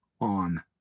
on